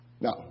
Now